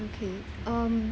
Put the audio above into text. okay um